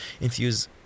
infuse